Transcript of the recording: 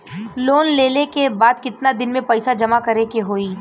Loan लेले के बाद कितना दिन में पैसा जमा करे के होई?